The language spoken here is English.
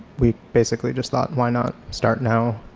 we basically just thought why not start now,